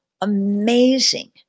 Amazing